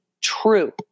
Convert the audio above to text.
true